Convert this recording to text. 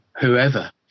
whoever